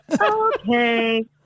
Okay